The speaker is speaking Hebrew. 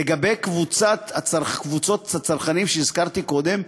לגבי קבוצות הצרכנים שהזכרתי קודם,